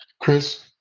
chris?